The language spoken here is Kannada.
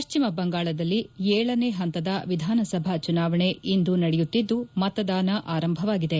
ಪಶ್ಚಿಮ ಬಂಗಾಳದಲ್ಲಿ ಏಳನೇ ಹಂತದ ವಿಧಾನಸಭಾ ಚುನಾವಣೆ ಇಂದು ನಡೆಯುತ್ತಿದ್ದು ಮತದಾನ ಆರಂಭವಾಗಿದೆ